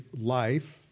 life